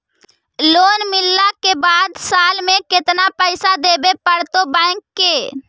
Loan मिलला के बाद साल में केतना पैसा देबे पड़तै बैक के?